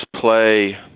play